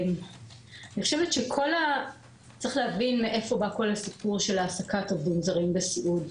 אני חושבת שצריך להבין מאיפה בא כל הסיפור של העסקת עובדים זרים בסיעוד.